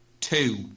two